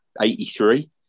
83